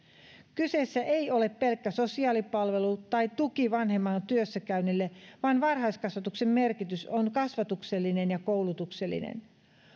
kyseessä ei ole pelkkä sosiaalipalvelu tai tuki vanhemman työssäkäynnille vaan varhaiskasvatuksen merkitys on kasvatuksellinen ja koulutuksellinen